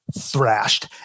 thrashed